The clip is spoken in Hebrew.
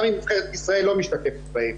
גם אם נבחרת ישראל לא משתתפת בהם.